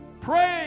Praise